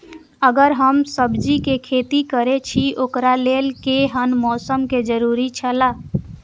अगर हम सब्जीके खेती करे छि ओकरा लेल के हन मौसम के जरुरी छला?